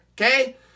Okay